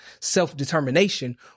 self-determination